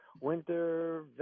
winter